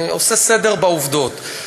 אני עושה סדר בעובדות.